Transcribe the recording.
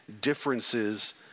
differences